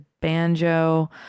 banjo